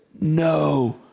no